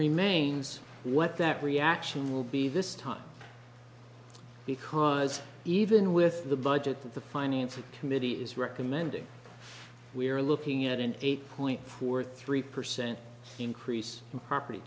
remains what that reaction will be this time because even with the budget that the finance committee is recommending we are looking at an eight point four three percent increase in property